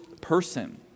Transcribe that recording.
person